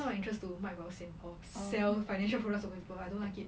it's not my interest to 卖保险 or sell financial products to people I don't like it